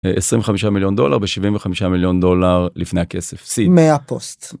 25 מיליון דולר ב 75 מיליון דולר לפני הכסף 100 פוסט.